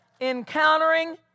encountering